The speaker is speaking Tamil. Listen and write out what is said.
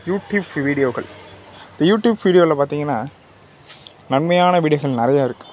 யூடுப்ஸ் வீடியோக்கள் இந்த யூடுப் வீடியோவில் பார்த்திங்கன்னா நன்மையான வீடியோக்கள் நிறைய இருக்குது